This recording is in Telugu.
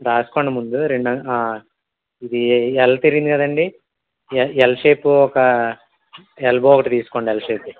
రాసుకోండి ముందు రెండు ఇది ఎల్ తిరిగింది కదండి ఎల్ ఎల్ షేప్ ఒక ఎల్బో ఒకటి తీసుకోండి ఎల్ షేప్ది